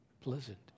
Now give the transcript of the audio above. pleasant